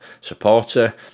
supporter